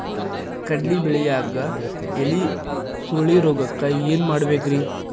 ಕಡ್ಲಿ ಬೆಳಿಯಾಗ ಎಲಿ ಸುರುಳಿರೋಗಕ್ಕ ಏನ್ ಮಾಡಬೇಕ್ರಿ?